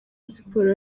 siporo